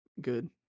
Good